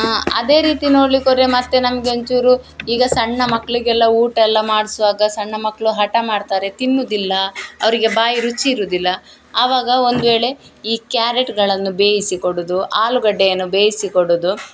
ಅದೇ ರೀತಿ ನೋಡ್ಲಿಕ್ಕೆ ಹೋದರೆ ಮತ್ತೆ ನಮಗೆ ಒಂದ್ಚೂರು ಈಗ ಸಣ್ಣ ಮಕ್ಕಳಿಗೆಲ್ಲ ಊಟ ಎಲ್ಲ ಮಾಡಿಸುವಾಗ ಸಣ್ಣ ಮಕ್ಕಳು ಹಠ ಮಾಡ್ತಾರೆ ತಿನ್ನುವುದಿಲ್ಲ ಅವರಿಗೆ ಬಾಯಿ ರುಚಿ ಇರುವುದಿಲ್ಲ ಆವಾಗ ಒಂದು ವೇಳೆ ಈ ಕ್ಯಾರೆಟ್ಗಳನ್ನು ಬೇಯಿಸಿ ಕೊಡುವುದು ಆಲೂಗಡ್ಡೆಯನ್ನು ಬೇಯಿಸಿ ಕೊಡುವುದು